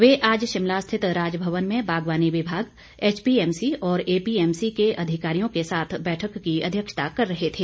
वे आज शिमला स्थित राजभवन में बागवानी विभाग एचपीएमसी और एपीएमसी के अधिकारियों के साथ बैठक की अध्यक्षता कर रहे थे